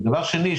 דבר שני,